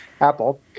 Apple